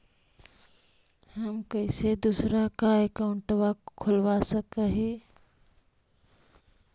हम कैसे दूसरा का अकाउंट खोलबा सकी ही?